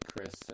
Chris